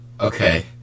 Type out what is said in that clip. Okay